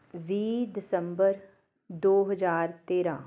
ਵੀਹ ਦਸੰਬਰ ਦੋ ਹਜ਼ਾਰ ਤੇਰ੍ਹਾਂ